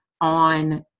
On